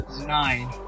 Nine